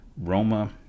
Roma